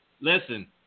Listen